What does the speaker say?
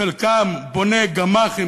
חלקם בוני גמ"חים,